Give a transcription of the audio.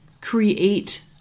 create